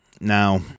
Now